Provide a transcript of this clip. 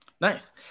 Nice